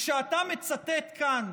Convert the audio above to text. וכשאתה מצטט כאן